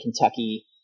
Kentucky